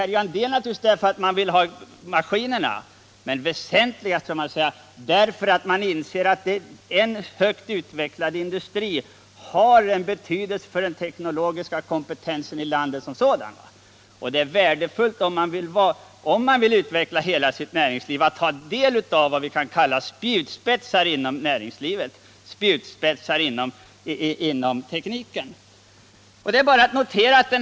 Naturligtvis därför att de vill ha maskinerna, men väsentligen också därför att de inser att en högt utvecklad industri har betydelse för den teknologiska kompetensen i landet. Det är värdefullt att ha en del av vad man kan kalla spjutspetsar inom tekniken, om man vill utveckla hela sitt näringsliv.